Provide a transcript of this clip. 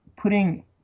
Putting